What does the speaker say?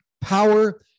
power